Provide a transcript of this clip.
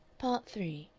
part three